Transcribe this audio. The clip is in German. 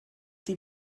die